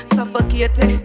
Suffocate